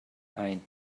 ain